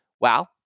Wow